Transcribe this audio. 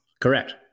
Correct